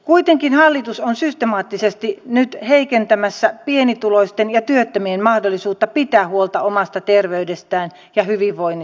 kuitenkin hallitus on systemaattisesti nyt heikentämässä pienituloisten ja työttömien mahdollisuutta pitää huolta omasta terveydestään ja hyvinvoinnistaan